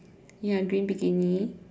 ya green bikini